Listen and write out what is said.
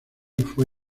fue